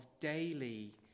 daily